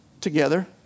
together